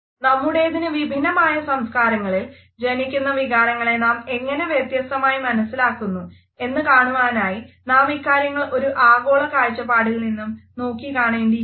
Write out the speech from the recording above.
നമ്മുടേതിന് വിഭിന്നമായ സംസകാരങ്ങളിൽ ജനിക്കുന്ന വികാരങ്ങളെ നാം എങ്ങനെ വ്യത്യസ്തമായി മനസിലാക്കുന്നു എന്ന് കാണുവാനായി നാം ഇക്കാര്യങ്ങൾ ഒരു ആഗോള കാഴ്ചപ്പാടിൽനിന്നും നോക്കിക്കാണേണ്ടിയിരിക്കുന്നു